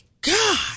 God